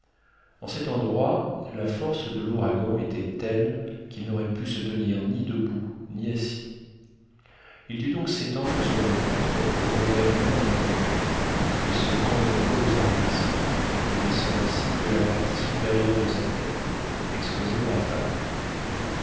en cet endroit la force de l'ouragan était telle qu'il n'aurait pu se tenir ni debout ni assis il dut donc s'étendre sur le ventre au revers même du talus et se cramponner aux arbrisseaux ne laissant ainsi que la partie supérieure de sa tête exposée aux rafales